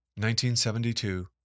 1972